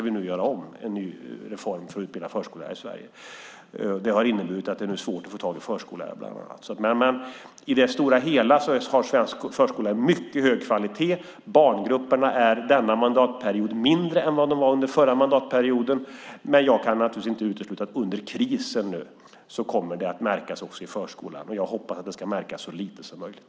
Vi ska göra en ny reform för utbildning av förskollärare i Sverige. Reformen har inneburit att det är svårt att få tag i förskollärare bland annat. I det stora hela har svensk förskola en mycket hög kvalitet. Barngrupperna är denna mandatperiod mindre än vad de var under förra mandatperioden, men jag kan naturligtvis inte utesluta att krisen kommer att märkas också i förskolan. Jag hoppas att det ska märkas så lite som möjligt.